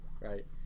Right